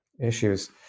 issues